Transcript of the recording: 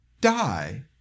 die